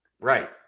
Right